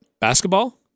Basketball